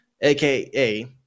aka